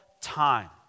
time